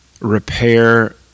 repair